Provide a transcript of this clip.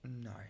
No